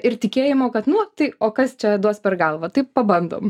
ir tikėjimo kad nu o tai o kas čia duos per galvą taip pabandom